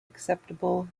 acceptable